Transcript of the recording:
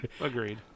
Agreed